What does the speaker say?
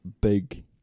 big